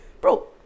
Bro